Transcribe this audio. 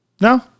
No